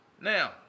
Now